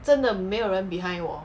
真的没有人 behind !whoa!